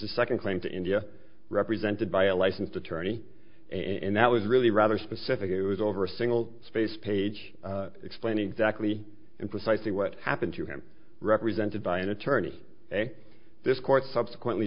the second claim to india represented by a licensed attorney in that was really rather specific it was over a single spaced page explaining exactly and precisely what happened to him represented by an attorney a this court subsequently